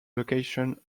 location